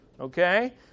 Okay